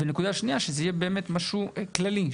נקודה שניה, שזה יהיה באמת משהו כללי.